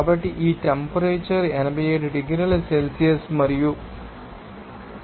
కాబట్టి ఈ టెంపరేచర్ 87 డిగ్రీల సెల్సియస్ మరియు 1